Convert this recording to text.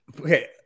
okay